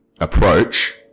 approach